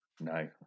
No